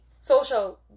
social